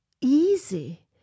easy